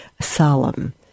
solemn